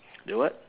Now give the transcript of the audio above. the what